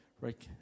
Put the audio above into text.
right